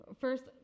first